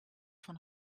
von